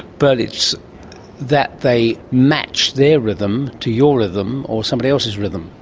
but it's that they match their rhythm to your rhythm or somebody else's rhythm.